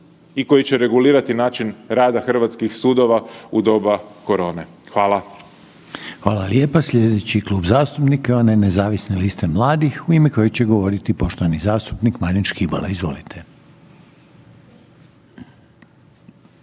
i koji će regulirati način rada hrvatskih sudova u doba korone. Hvala. **Reiner, Željko (HDZ)** Hvala lijepa. Sljedeći klub zastupnika je onaj Nezavisne liste mladih u ime kojeg će govoriti poštovani zastupnik Marin Škibola. Izvolite.